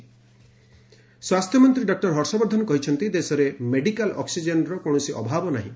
ହର୍ଷବର୍ଦ୍ଧନ ସ୍ୱାସ୍ଥ୍ୟମନ୍ତ୍ରୀ ଡକ୍ର ହର୍ଷବର୍ଦ୍ଧନ କହିଛନ୍ତି ଦେଶରେ ମେଡିକାଲ ଅକ୍ଟିଜେନର କୌଣସି ଅଭାବ ନାହିଁ